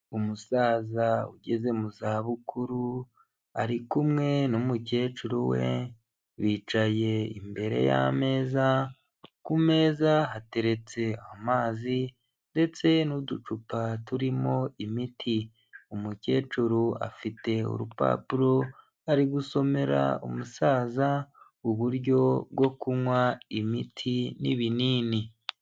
Umusaza ugeze mu zabukuru ari kumwe n'umukecuru we bicaye imbere y'ameza, ku meza hateretse amazi ndetse n'uducupa turimo imiti, umukecuru afite urupapuro, ari gusomera umusaza uburyo bwo kunywa imiti n'ibinini.